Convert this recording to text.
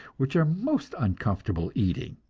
which are most uncomfortable eating,